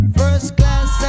first-class